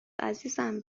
عزیزم